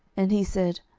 and he said,